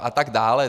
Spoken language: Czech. A tak dále.